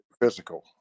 physical